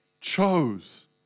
chose